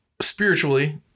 spiritually